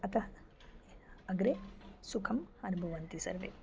अतः अग्रे सुखम् अनुभवन्ति सर्वे